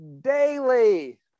daily